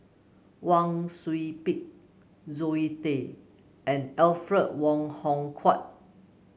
Wang Sui Pick Zoe Tay and Alfred Wong Hong Kwok